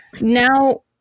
now